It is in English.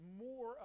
more